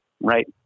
right